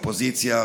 אופוזיציה,